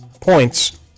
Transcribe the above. points